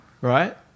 right